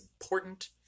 important